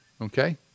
Okay